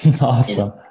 Awesome